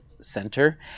Center